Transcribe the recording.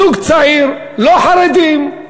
זוג צעיר, לא חרדים.